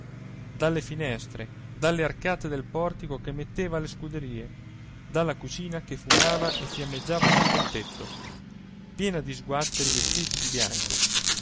dalle finestre dalle arcate del portico che metteva alle scuderie dalla cucina che fumava e fiammeggiava sotto il tetto piena di sguatteri vestiti di bianco